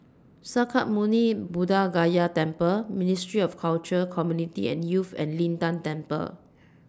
Sakya Muni Buddha Gaya Temple Ministry of Culture Community and Youth and Lin Tan Temple